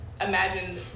Imagine